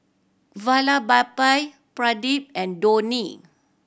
Vallabhbhai Pradip and Dhoni